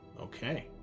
Okay